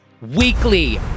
weekly